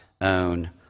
own